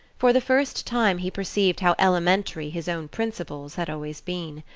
for the first time he perceived how elementary his own principles had always been.